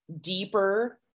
deeper